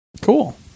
Cool